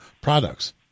products